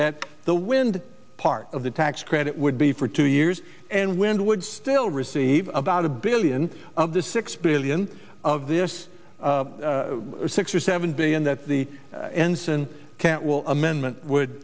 that the wind part of the tax credit would be for two years and wind would still receive about a billion of the six billion of this six or seven billion that the ensign can't will amendment would